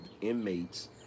inmates